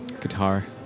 guitar